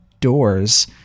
doors